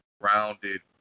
rounded